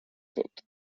tot